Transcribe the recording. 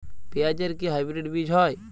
পেঁয়াজ এর কি হাইব্রিড বীজ হয়?